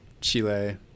Chile